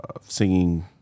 singing